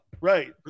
Right